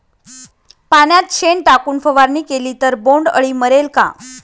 पाण्यात शेण टाकून फवारणी केली तर बोंडअळी मरेल का?